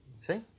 See